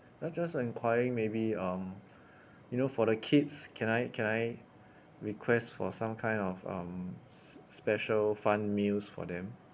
ah just an enquiry maybe um you know for the kids can I can I request for some kind of um special fun meals for them